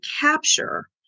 capture